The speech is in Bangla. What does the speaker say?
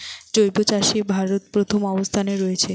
জৈব চাষে ভারত প্রথম অবস্থানে রয়েছে